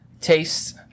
tastes